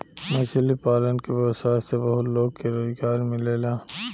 मछली पालन के व्यवसाय से बहुत लोग के रोजगार मिलेला